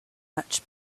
much